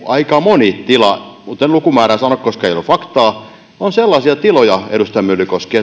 aika moni tila nyt en lukumäärää sano koska ei ole faktaa on sellainen tila edustaja myllykoski